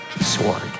sword